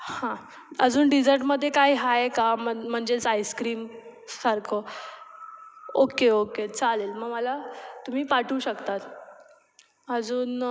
हां अजून डीजर्टमध्ये काही आहे का मन म्हणजेच आईस्क्रीमसारखं ओके ओके चालेल मग मला तुम्ही पाठवू शकतात अजून